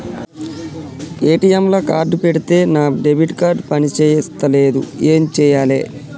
ATM లా card పెడితే నా డెబిట్ కార్డ్ పని చేస్తలేదు ఏం చేయాలే?